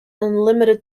unlimited